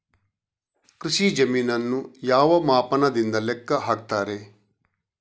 ಕೃಷಿ ಜಮೀನನ್ನು ಯಾವ ಮಾಪನದಿಂದ ಲೆಕ್ಕ ಹಾಕ್ತರೆ?